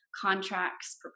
Contracts